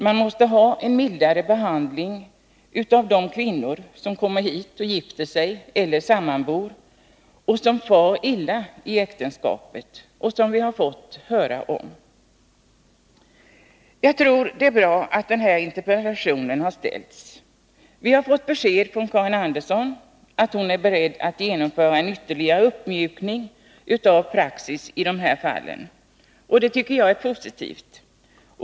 Det måste bli en mildare behandling av de kvinnor som kommer hit och gifter sig eller sammanbor och som far illa i äktenskapet. Jag tror att det är bra att den här interpellationen har framställts. Vi har av Karin Andersson fått besked om att hon i de här fallen är beredd att genomföra en ytterligare uppmjukning av praxis. Det tycker jag är positivt.